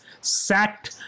sat